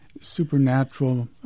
supernatural